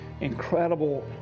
incredible